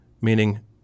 meaning